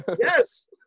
Yes